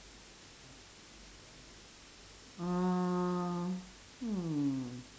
uh hmm